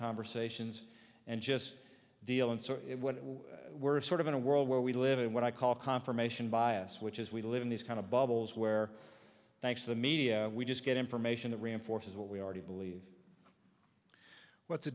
conversations and just deal in so it what we're sort of in a world where we live in what i call confirmation bias which is we live in these kind of bubbles where thanks to the media we just get information that reinforces what we already believe what's the